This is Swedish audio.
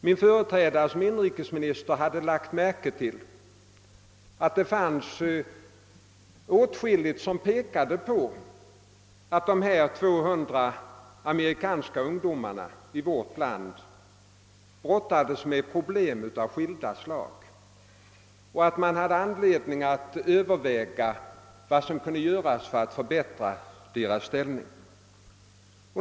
Min företrädare som inrikesminister hade lagt märke till att det var åtskilligt som pekade på att dessa 200 amerikanska ungdomar i vårt land brottades med problem av skilda slag och att man hade anledning överväga vad som kunde göras för att förbättra deras ställning.